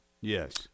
Yes